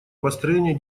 построение